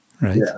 right